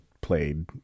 played